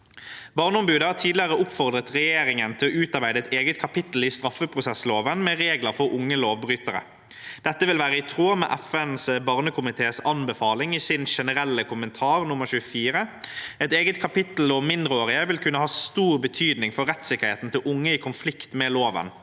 Barneombudet har tidligere oppfordret regjeringen til å utarbeide et eget kapittel i straffeprosessloven med regler for unge lovbrytere. Dette vil være i tråd med FNs barnekomités anbefaling i generell kommentar nr. 24. Et eget kapittel om mindreårige vil kunne ha stor betydning for rettssikkerheten til unge i konflikt med loven.